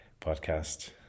podcast